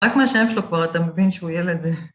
רק מהשם שלו כבר אתה מבין שהוא ילד